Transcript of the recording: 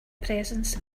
presence